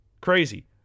Crazy